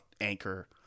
anchor